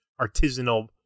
artisanal